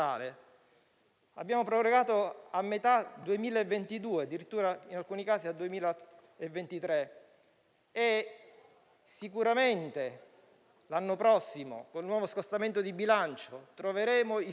l'abbiamo prorogata a metà 2022 e, addirittura in alcuni casi, al 2023. Sicuramente l'anno prossimo con il nuovo scostamento di bilancio troveremo i fondi